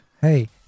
Hey